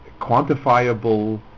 quantifiable